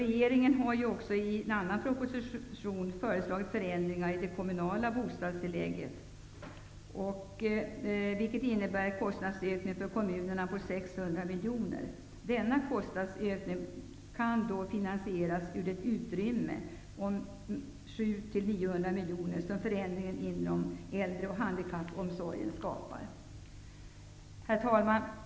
Regeringen har också i en annan proposition föreslagit förändringar i det kommunala bostadstillägget, vilket innebär en kostnadsökning för kommunerna om 600 miljoner. Denna kostnadsökning kan finansieras ur det utrymme om 700--900 miljoner kronor som förändringen inom äldre och handikappomsorgen skapar. Herr talman!